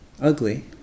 ugly